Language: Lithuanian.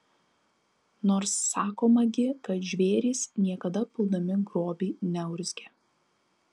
nors sakoma gi kad žvėrys niekada puldami grobį neurzgia